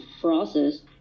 process